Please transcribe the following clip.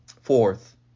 Fourth